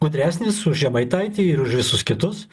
gudresnis už žemaitaitį ir už visus kitus